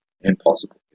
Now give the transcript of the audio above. impossible